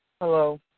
Hello